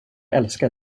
älskar